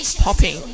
popping